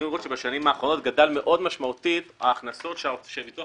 אתם יכולים לראות שבשנים האחרונות גדלו משמעותית ההכנסות שביטוח